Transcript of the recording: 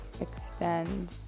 Extend